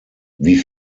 wie